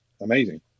amazing